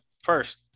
first